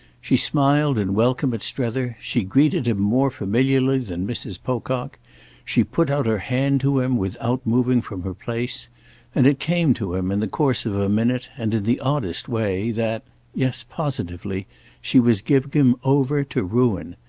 she smiled in welcome at strether she greeted him more familiarly than mrs. pocock she put out her hand to him without moving from her place and it came to him in the course of a minute and in the oddest way that yes, positively she was giving him over to ruin.